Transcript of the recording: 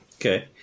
Okay